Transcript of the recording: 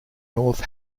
north